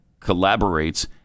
collaborates